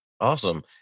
Awesome